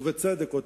ובצדק,